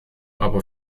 aber